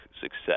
success